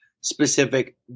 specific